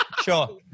Sure